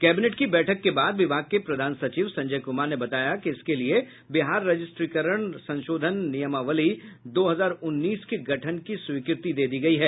cabinet की बैठक के बाद विभाग के प्रधान सचिव संजय कुमार ने बताया कि इसके लिए बिहार रजिस्ट्रीकरण संशोधन नियमावली दो हजार उन्नीस के गठन की स्वीकृति दे दी गई है